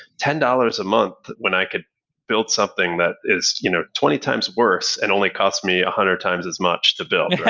ten dollars a month when i could build something that is you know twenty times worth and only cost me one hundred times as much to build?